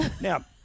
Now